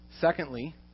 Secondly